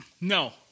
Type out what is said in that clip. No